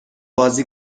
بازی